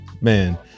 man